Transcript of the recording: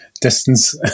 Distance